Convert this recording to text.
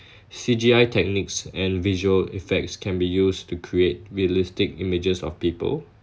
C_G_I techniques and visual effects can be used to create realistic images of people